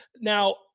Now